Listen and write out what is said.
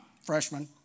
freshman